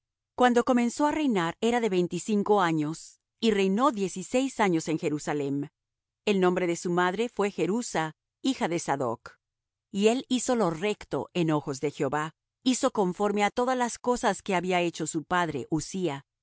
cuando comenzó á reinar era de veinticinco años y reinó dieciséis años en jerusalem el nombre de su madre fué jerusa hija de sadoc y él hizo lo recto en ojos de jehová hizo conforme á todas las cosas que había hecho su padre uzzía